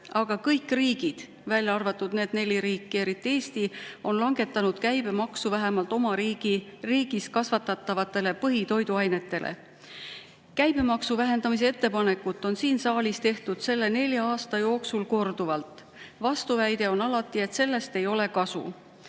aga kõik riigid, välja arvatud need neli riiki, eriti Eesti, on langetanud käibemaksu vähemalt oma riigis kasvatatavate [toidu põhikomponentide] puhul. Käibemaksu vähendamise ettepanekut on siin saalis tehtud selle nelja aasta jooksul korduvalt. Vastuväide on alati olnud, et sellest ei ole kasu.